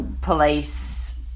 police